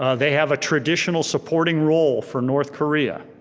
ah they have a traditional supporting role for north korea.